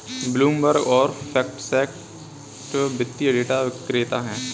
Bloomberg और FactSet वित्तीय data विक्रेता हैं